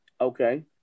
Okay